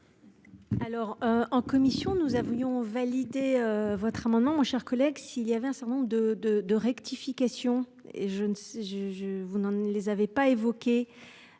Alors en commission, nous avions valider votre amendement, mon cher collègue. S'il y avait un certain nombre de de de rectification et je ne je je vous ne les avait pas évoqué.